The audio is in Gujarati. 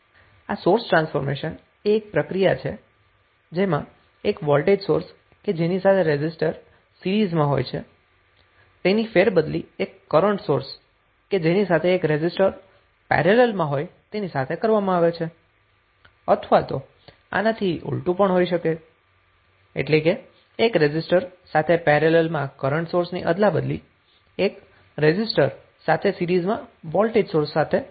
આ સોર્સ ટ્રાન્સફોર્મેશન એ એક પ્રક્રિયા છે જેમાં એક વોલ્ટેજ સોર્સ કે જેની સાથે રેઝિસ્ટર સીરીઝમાં હોય છે તેની ફેરબદલી એક કરન્ટ સોર્સ કે જેની સાથે એક રેઝિસ્ટર પેરેલલમાં હોય તેની સાથે કરવામાં આવે છે અથવા તો આનાથી ઉલટું પણ હોઈ શકે છે એટલે કે એક રેઝિસ્ટર સાથે પેરેલલમાં કરન્ટ સોર્સ ની અદલાબદલી એક રેઝિસ્ટર સાથે સીરીઝમાં વોલ્ટેજ સોર્સ સાથે કરવામા આવે છે